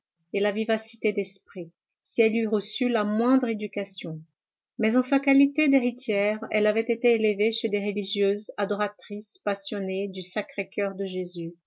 et la vivacité d'esprit si elle eût reçu la moindre éducation mais en sa qualité d'héritière elle avait été élevée chez des religieuses adoratrices passionnées du sacré-coeur de jésus